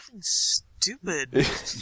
Stupid